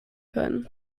können